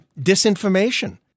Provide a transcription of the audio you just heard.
disinformation